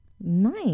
Nice